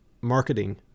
marketing